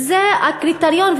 זה הקריטריון.